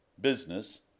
business